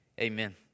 Amen